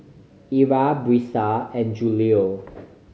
Ira Brisa and Julio